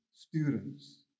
Students